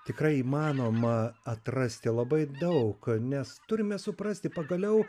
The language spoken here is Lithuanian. tikrai įmanoma atrasti labai daug nes turime suprasti pagaliau